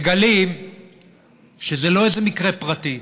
מגלים שזה לא איזה מקרה פרטי,